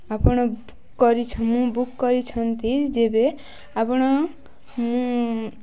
ଆପଣ କରିଛ ମୁଁ ବୁକ୍ କରିଛନ୍ତି ଯେବେ ଆପଣ ମୁଁ